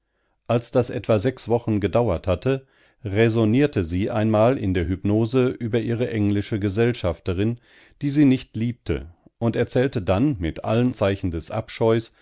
als das etwa sechs wochen gedauert hatte räsonierte sie einmal in der hypnose über ihre englische gesellschafterin die sie nicht liebte und erzählte dann mit allen zeichen des abscheus